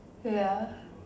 ya